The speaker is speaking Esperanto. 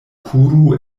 kuru